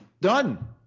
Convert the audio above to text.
done